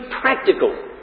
practical